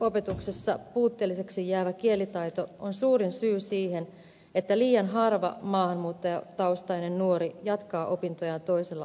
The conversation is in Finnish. perusopetuksessa puutteelliseksi jäävä kielitaito on suurin syy siihen että liian harva maahanmuuttajataustainen nuori jatkaa opintojaan toisella asteella